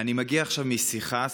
אני מגיע עכשיו משיחה,